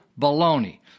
baloney